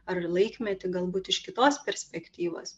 ar laikmetį galbūt iš kitos perspektyvos